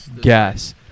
gas